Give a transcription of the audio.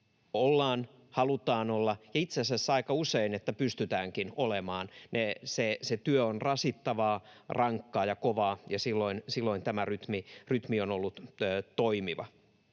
ollaan, halutaan olla, ja itse asiassa aika usein, että pystytäänkin olemaan. Se työ on rasittavaa, rankkaa ja kovaa, ja silloin tämä rytmi on ollut toimiva.